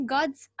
God's